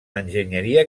enginyeria